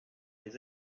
les